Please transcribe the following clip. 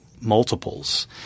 multiples